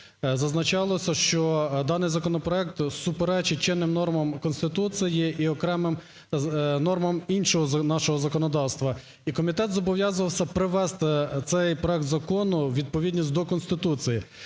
зазначалося, що даний законопроект суперечить чинним нормам Конституції і окремим нормам іншого нашого законодавства, і комітет зобов'язувався привести цей проект закону у відповідність до Конституції.